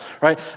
right